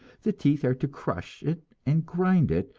the teeth are to crush it and grind it,